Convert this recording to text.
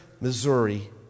Missouri